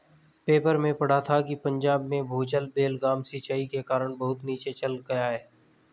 paper में पढ़ा था कि पंजाब में भूजल बेलगाम सिंचाई के कारण बहुत नीचे चल गया है